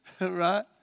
right